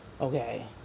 Okay